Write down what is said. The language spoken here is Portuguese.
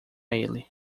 ele